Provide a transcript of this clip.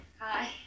Hi